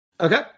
Okay